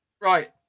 Right